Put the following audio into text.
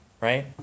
right